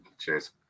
Cheers